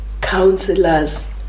counselors